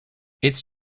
its